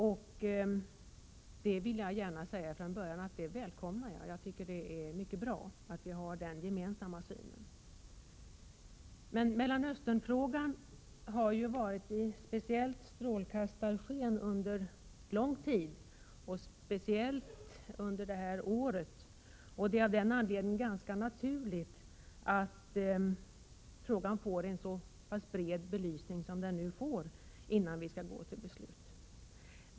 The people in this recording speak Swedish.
Jag vill från början säga att jag välkomnar det, det är mycket bra att vi har denna gemensamma syn. Mellanösternfrågan har ju befunnit sig i speciellt strålkastarsken under lång tid, speciellt under det här året. Det är av den anledningen ganska naturligt att frågan får en så pass bred belysning som den nu får innan vi skall fatta beslut.